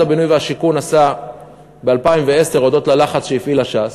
הבינוי והשיכון נתן ב-2010 הודות ללחץ שהפעילה ש"ס,